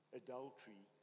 adultery